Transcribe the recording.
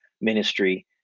ministry